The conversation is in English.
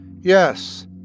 Yes